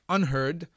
Unheard